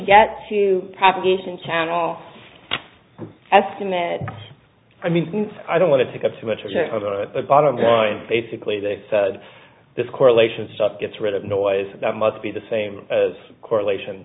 get to propagation channel asking that i mean i don't want to take up too much of a bottom basically that this correlation stuff gets rid of noise that must be the same as correlation